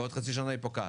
בעוד חצי שנה היא פוקעת.